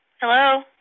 Hello